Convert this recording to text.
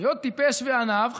להיות טיפש ועניו,